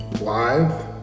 live